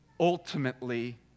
ultimately